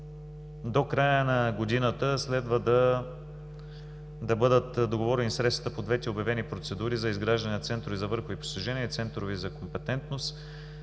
до края на годината следва да бъдат договорени средствата по двете обявени процедури за изграждане на центрове за върхови постижения и центрове за компетентност.